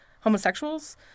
homosexuals